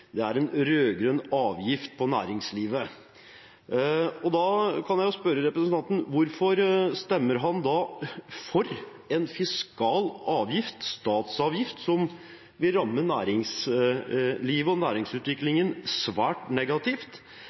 trenger, er en rød-grønn avgift på næringslivet. Da kan jeg spørre representanten hvorfor han da stemmer for en fiskal avgift, statsavgift, som vil ramme næringslivet og næringsutviklingen svært negativt?